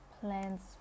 plans